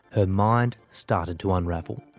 and mind started to unravel.